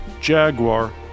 Jaguar